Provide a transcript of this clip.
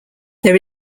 there